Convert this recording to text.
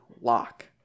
lock